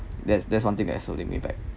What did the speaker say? that's that's one thing that's holding me back